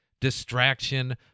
distraction